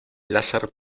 láser